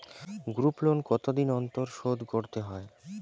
Group loan কতদিন অন্তর শোধকরতে হয়?